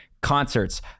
concerts